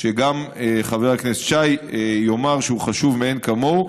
שגם חבר הכנסת שי יאמר שהוא חשוב מאין כמוהו,